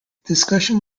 discussion